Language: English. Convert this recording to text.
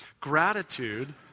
Gratitude